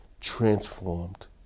transformed